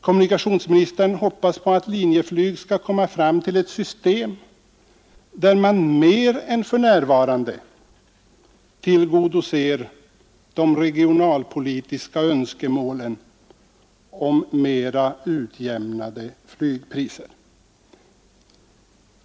Kommunikationsministern hoppas på att Linjeflyg skall komma fram till ett system, där man mer än för närvarande tillgodoser de regionalpolitiska önskemålen om mera utjämnade flygpriser.